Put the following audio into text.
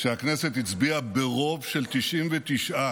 שבהן הכנסת הצביעה ברוב של 99,